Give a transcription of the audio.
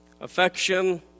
Affection